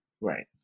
right